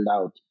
out